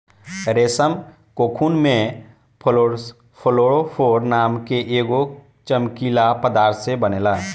रेशम कोकून में फ्लोरोफोर नाम के एगो चमकीला पदार्थ से बनेला